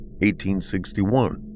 1861